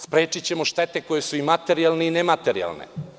Sprečićemo štete koje su i materijalne i nematerijalne.